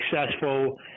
successful